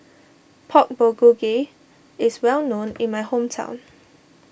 Pork Bulgogi is well known in my hometown